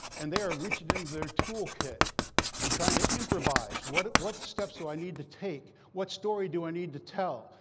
and they are reaching into their toolkit and trying to improvise, what what steps do so i need to take? what story do i need to tell?